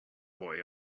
boy